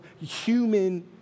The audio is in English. human